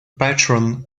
patron